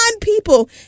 people